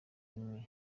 imwe